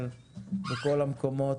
אבל בכל המקומות,